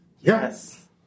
Yes